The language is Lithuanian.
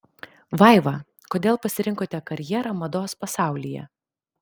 vaiva kodėl pasirinkote karjerą mados pasaulyje